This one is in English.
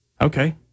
okay